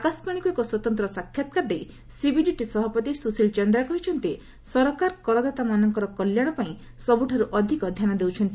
ଆକାଶବାଣୀକୁ ଏକ ସ୍ୱତନ୍ତ୍ର ସାକ୍ଷାତକାର ଦେଇ ସିବିଡିଟି ସଭାପତି ସୁଶୀଲ ଚନ୍ଦ୍ରା କହିଛନ୍ତି ସରକାର କରଦାତାମାନଙ୍କର କଲ୍ୟାଣ ପାଇଁ ସବୁଠାରୁ ଅଧିକ ଧ୍ୟାନ ଦେଉଛନ୍ତି